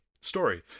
story